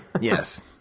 yes